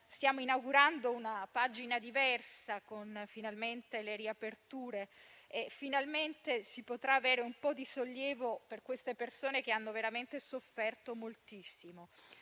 stiamo inaugurando una pagina diversa con le riaperture; finalmente si potrà avere un po' di sollievo per le persone che hanno veramente sofferto moltissimo.